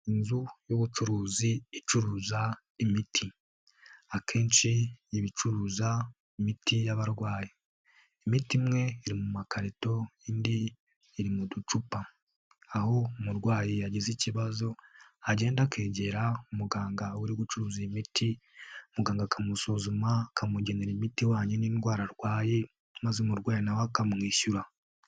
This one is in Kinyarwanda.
Inzu y'ubucuruzi icuruza imiti akenshi iba icuruza imiti y'abarwayi imiti imwe iri mu makarito indi iri mu ducupa, aho umurwayi yagize ikibazo agenda akegera umuganga uri gucuruza imiti muganga akamusuzuma akamugenera imiti ihwanye n'indwara arwaye maze umurwayi nawe we akamwishyura.